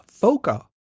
FOCA